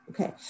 Okay